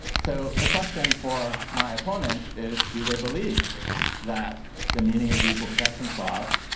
so the question for my opponents is, do they believe that the meaning of the equal protection clause,